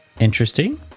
Interesting